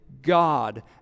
god